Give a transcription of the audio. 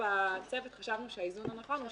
בצוות חשבנו שהאיזון הנכון הוא